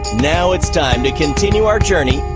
now it's time to continue our journey